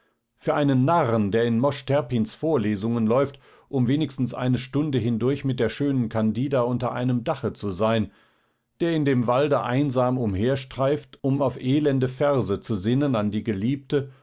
für einen narren der in mosch terpins vorlesungen läuft um wenigstens eine stunde hindurch mit der schönen candida unter einem dache zu sein der in dem walde einsam umherstreift um auf elende verse zu sinnen an die geliebte